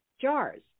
jars